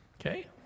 Okay